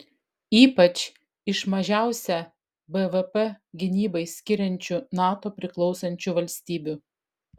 ypač iš mažiausią bvp gynybai skiriančių nato priklausančių valstybių